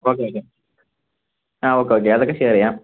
okay okay ആ okay okay അതൊക്കെ share ചെയ്യാം